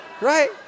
Right